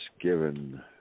given